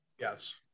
Yes